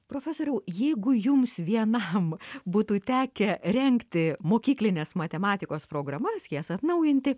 profesoriau jeigu jums vienam būtų tekę rengti mokyklinės matematikos programas jas atnaujinti